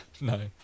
No